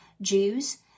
Jews